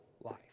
life